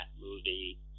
movie